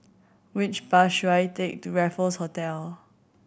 which bus should I take to Raffles Hotel